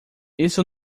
isso